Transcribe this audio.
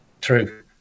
true